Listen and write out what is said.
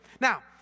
Now